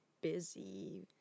busy